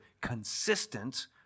consistent